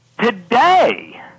today